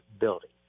building